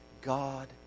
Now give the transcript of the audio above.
God